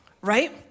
right